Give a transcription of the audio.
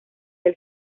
del